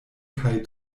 kaj